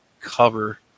cover